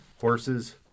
Horses